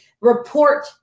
report